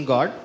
God